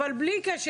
אבל בלי קשר,